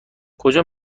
کجا